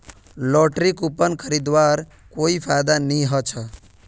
lottery coupon खरीदवार कोई फायदा नी ह छ